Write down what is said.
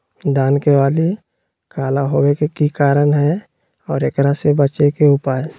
धान के बाली काला होवे के की कारण है और एकरा से बचे के उपाय?